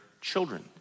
children